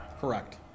correct